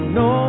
no